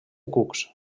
cucs